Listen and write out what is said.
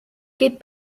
get